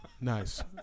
Nice